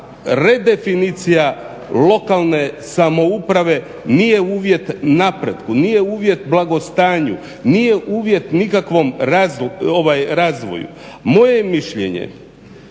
redefinicija lokalne samouprave nije uvjet napretku, nije uvjet blagostanju, nije uvjet nikakvom razvoju. Moje je mišljenje